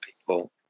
people